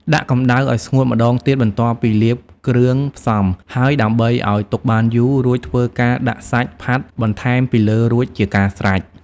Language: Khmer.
ដាក់កំដៅអោយស្ងួតម្ដងទៀតបន្ទាប់ពីលាបគ្រឿងផ្សំរហើយដើម្បីអោយទុកបានយូរ រួចធ្វើការដាក់សាច់ផាត់បន្ថែមពីលើរួចជាការស្រេច